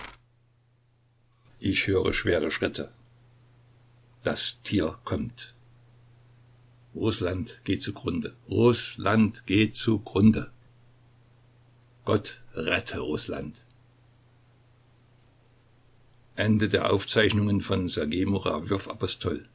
ich höre schwere schritte das tier kommt rußland geht zugrunde rußland geht zugrunde gott rette